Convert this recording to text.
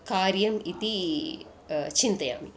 कार्यम् इति चिन्तयामि